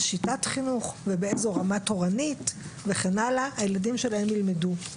שיטת חינוך ובאיזו רמה תורנית הילדים שלהם ילמדו.